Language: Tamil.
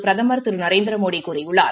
பிரதமர் திரு நரேந்திரமோடி கூறியுள்ளார்